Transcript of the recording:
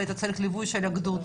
היית צריך ליווי של גדוד.